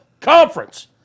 conference